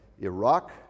Iraq